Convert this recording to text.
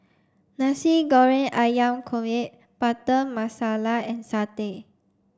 Nasi Goreng Ayam Kunyit Butter Masala and satay